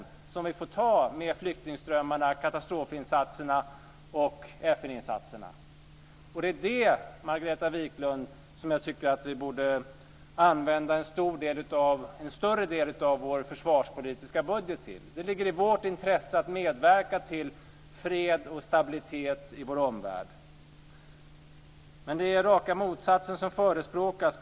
Dessa får vi ju annars ta med flyktingströmmarna, katastrofinsatserna och FN Det är detta, Margareta Viklund, som jag tycker att vi borde använda en större del av vår försvarspolitiska budget till. Det ligger i vårt intresse att medverka till fred och stabilitet i Sveriges omvärld. Men det är raka motsatsen som förespråkas här.